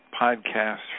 podcast